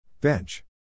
Bench